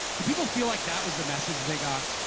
do people feel like that was the message they got?